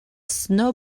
snow